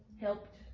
helped